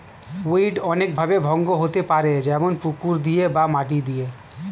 weed অনেক ভাবে ভঙ্গ হতে পারে যেমন পুকুর দিয়ে বা মাটি দিয়ে